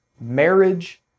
marriage